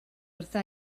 wrtha